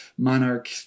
monarch